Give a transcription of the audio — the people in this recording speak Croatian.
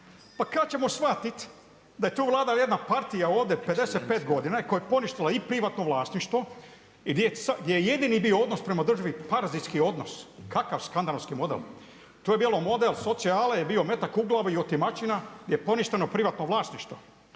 Pa kad ćemo shvatiti da je tu vlada partija ovdje 55 godina i koja je poništila i privatno vlasništvo i gdje je jedini bio odnos prema državi parazitski odnos, kakav skandinavski model. To je bio model socijale, je bio metak u glavu i otimačina je poništeno privatno vlasništvo.